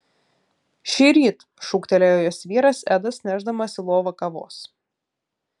šįryt šūktelėjo jos vyras edas nešdamas į lovą kavos